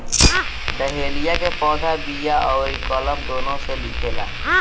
dahlia के पौधा बिया अउरी कलम दूनो से होखेला